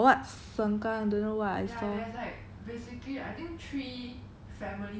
ya ya ya I like the reservoir those what got what sengkang don't know what I saw